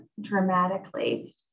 dramatically